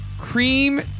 cream